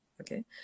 Okay